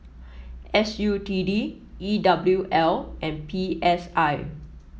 S U T D E W L and P S I